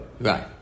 Right